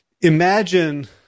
imagine –